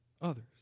others